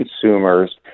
consumers